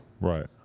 Right